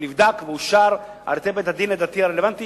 ונבדק ואושר על-ידי בית הדין הדתי הרלוונטי